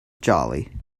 jolly